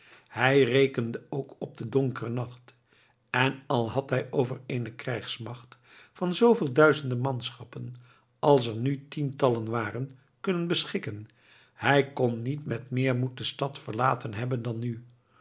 hij rekende ook op den donkeren nacht en al had hij over eene krijgsmacht van zooveel duizenden manschappen als er nu tientallen waren kunnen beschikken hij kon niet met meer moed de stad verlaten hebben dan nu